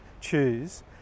choose